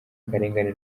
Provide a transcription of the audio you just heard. akarengane